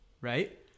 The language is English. Right